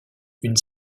une